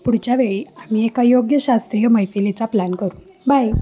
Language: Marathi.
पुढच्या वेळी आम्ही एका योग्य शास्त्रीय मैफिलीचा प्लॅन करू बाय